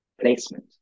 placement